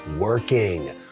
Working